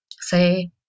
say